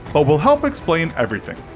but we'll help explain everything.